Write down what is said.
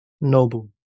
Noble